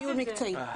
מקצועי.